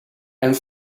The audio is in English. and